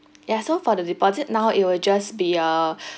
ya so for the deposit now it'll just be uh